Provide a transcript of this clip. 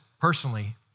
personally